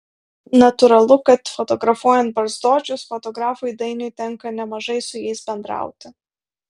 natūralu kad fotografuojant barzdočius fotografui dainiui tenka nemažai su jais bendrauti